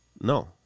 No